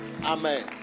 Amen